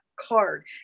card